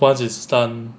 ya once it's down